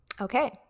Okay